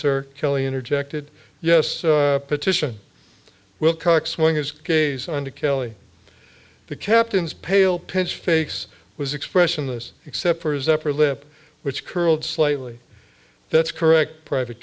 sir kelly interjected yes petition wilcox won his case on to kelly the captain's pale pinched face was expressionless except for his upper lip which curled slightly that's correct private